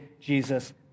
Jesus